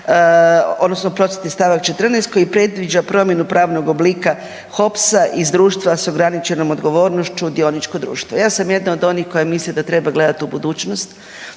odnosno oprostite, st. 14 koji predviđa promjenu pravnog oblika HOPS iz društva s ograničenom odgovornošću, dioničko društvo. Ja sam jedna od onih koja misli da treba gledati u budućnost,